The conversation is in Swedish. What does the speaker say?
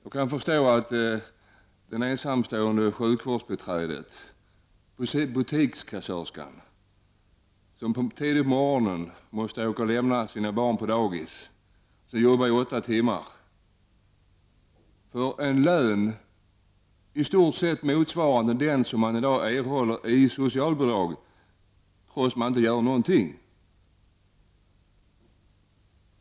Jag kan förstå det ensamstående sjukvårdsbiträdet och butikskassörskan som tidigt på morgonen måste åka och lämna sina barn på dagis och arbeta åtta timmar för en lön i stort sett motsvarande den summa som hon i dag erhåller i socialbidrag, trots att hon inte gör någonting.